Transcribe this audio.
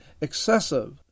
excessive